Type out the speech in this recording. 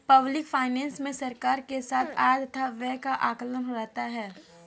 public finance मे सरकार के आय तथा व्यय का आकलन रहता है